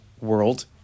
world